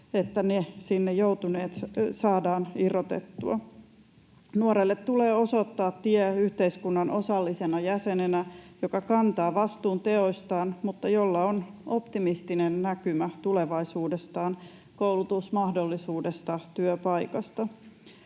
että sinne joutuneet saadaan irrotettua. Nuorelle tulee osoittaa tie yhteiskunnan osallisena jäsenenä, joka kantaa vastuun teoistaan mutta jolla on optimistinen näkymä tulevaisuudestaan, koulutusmahdollisuudesta, työpaikasta.